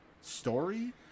story